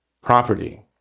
property